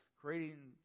creating